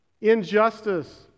injustice